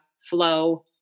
flow